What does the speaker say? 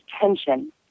tension